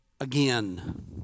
again